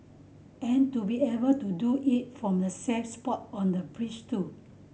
and to be able to do it from a safe spot on a bridge too